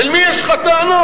אל מי יש לך טענות?